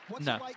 No